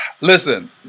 Listen